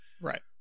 Right